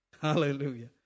Hallelujah